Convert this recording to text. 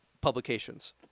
publications